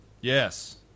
Yes